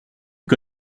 que